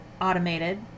automated